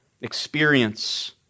experience